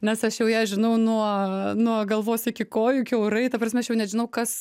nes aš jau ją žinau nuo nuo galvos iki kojų kiaurai ta prasme aš jau net žinau kas